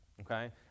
okay